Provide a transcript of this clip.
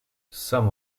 some